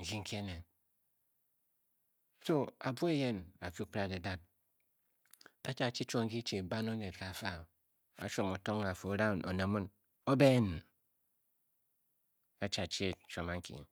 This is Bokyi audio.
nki ki ene so abuo eyen a Kyu pasradadad. da chi achi chiom nki kichi ki ban oned kafa a shwom o tong ga fua. o rang one mun nen o-been da chi achi ed. nchion anki